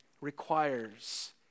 requires